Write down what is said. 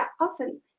often